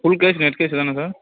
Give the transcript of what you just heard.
full cash net cash தானே sir